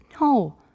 No